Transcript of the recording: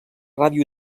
ràdio